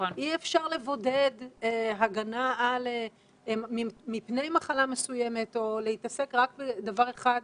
אי אפשר לבודד הגנה מפני מחלה מסוימת או להתעסק רק בדבר אחד,